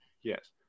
Yes